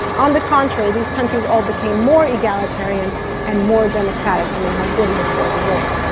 on the contrary, these countries all became more egalitarian and more democratic than they had been before the war.